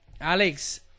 Alex